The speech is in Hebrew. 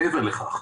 מעבר לכך,